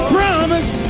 promise